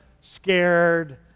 scared